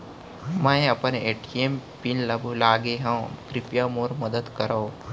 मै अपन ATM pin ला भूलागे हव, कृपया मोर मदद करव